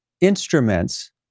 instruments